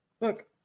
Look